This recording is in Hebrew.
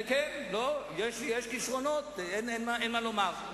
כן כן, יש כשרונות, אין מה לומר.